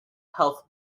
health